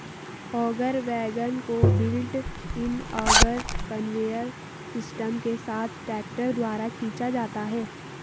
auger wagon को built in auger conveyor system के साथ ट्रैक्टर द्वारा खींचा जाता है